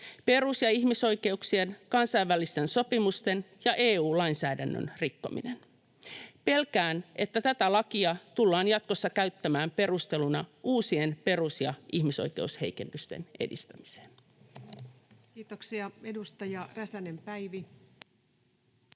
perus- ja ihmisoikeuksien, kansainvälisten sopimusten ja EU-lainsäädännön rikkominen. Pelkään, että tätä lakia tullaan jatkossa käyttämään perusteluna uusien perus- ja ihmisoikeusheikennysten edistämiseen. [Speech 48] Speaker: Ensimmäinen